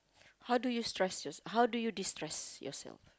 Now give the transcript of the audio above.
how do you stress your how do you destress yourself